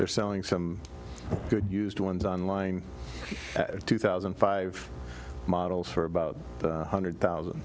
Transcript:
they're selling some good used ones on line two thousand and five models for about one hundred thousand